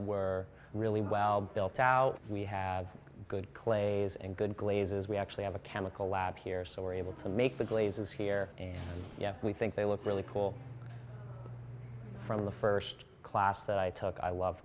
were really well built out we have good players and good glazes we actually have a chemical lab here so we're able to make the glazes here and we think they look really cool from the first class that i took i love